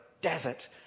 desert